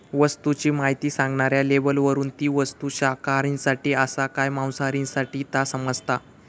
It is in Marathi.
वस्तूची म्हायती सांगणाऱ्या लेबलावरून ती वस्तू शाकाहारींसाठी आसा काय मांसाहारींसाठी ता समाजता